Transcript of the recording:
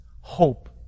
Hope